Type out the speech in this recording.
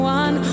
one